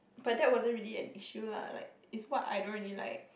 but that wasn't really an issue lah like is what I don't really like